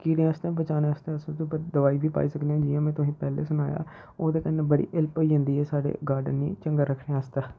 कीड़ें आस्तै बचाने आस्तै अस दवाई बी पाई सकने आं जियां मै तुसेंगी पैह्ले सनाया ओह्दे कन्नै बड़ी हेल्प होई जन्दी ऐ साढ़े गार्डन गी चंगा रक्खने आस्तै